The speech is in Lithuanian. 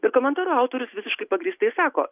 ir komentaro autorius visiškai pagrįstai sako